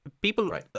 people